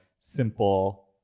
simple